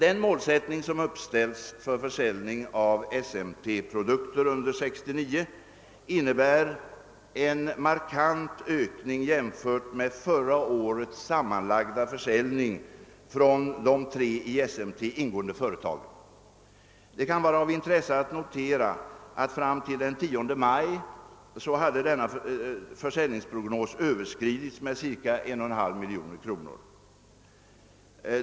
Den målsättning som uppställts för försäljningen av SMT-produkter under 1969 innebär en markant ökning jämfört med förra årets sammanlagda försäljning från de tre i SMT ingående företagen. Det kan vara av intresse att notera att denna försäljningsprognos fram till den 10 maj hade överskridits med cirka 1,5 miljon kronor.